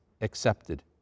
accepted